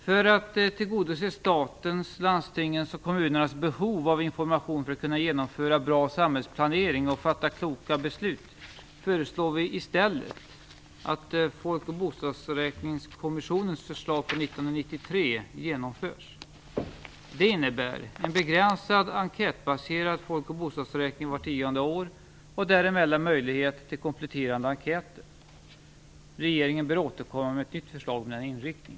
För att tillgodose statens, landstingens och kommunernas behov av information för att kunna genomföra bra samhällsplanering och fatta kloka beslut föreslår vi i stället att Folk och bostadsräkningskommissionens förslag från 1993 genomförs. Det innebär en begränsad, enkätbaserad folk och bostadsräkning vart tionde år och däremellan möjlighet till kompletterande enkäter. Regeringen bör återkomma med ett nytt förslag med denna inriktning.